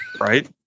Right